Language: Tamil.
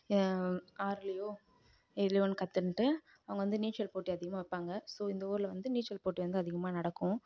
ஆறுலேயோ எதுலேயோ ஒன்று கற்றுன்ட்டு அவங்க வந்து நீச்சல் போட்டி அதிகமாக வைப்பாங்க ஸோ இந்த ஊரில் வந்து நீச்சல் போட்டி வந்து அதிகமாக நடக்கும்